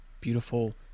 beautiful